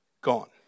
gone